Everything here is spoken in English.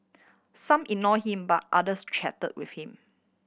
some ignore him but others chat with him